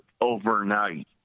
overnight